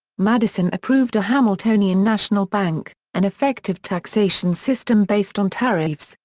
madison approved a hamiltonian national bank, an effective taxation system based on tariffs,